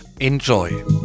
Enjoy